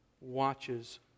watches